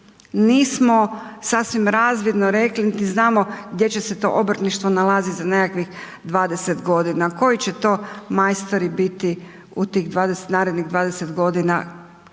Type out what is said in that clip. Nismo sasvim razvidno rekli niti znamo gdje će se to obrtništvo nalaziti za nekakvih 20 godina, koji će to majstori biti u tih 20, narednih 20 godina